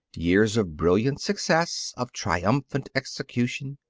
years of brilliant success, of triumphant execution,